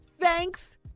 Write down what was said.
thanks